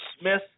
Smith